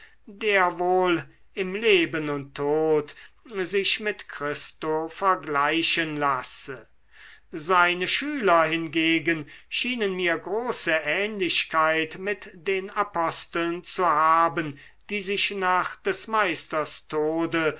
der wohl im leben und tod sich mit christo vergleichen lasse seine schüler hingegen schienen mir große ähnlichkeit mit den aposteln zu haben die sich nach des meisters tode